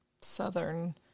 Southern